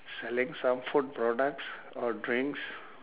selling some food products or drinks